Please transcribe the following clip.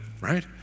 right